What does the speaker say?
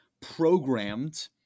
programmed